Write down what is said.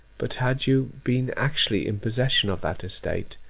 but had you been actually in possession of that estate,